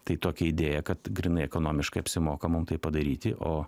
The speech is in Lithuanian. tai tokia idėja kad grynai ekonomiškai apsimoka mum tai padaryti o